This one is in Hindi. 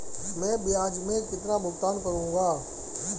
मैं ब्याज में कितना भुगतान करूंगा?